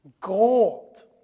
gold